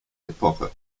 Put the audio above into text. epoche